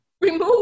remove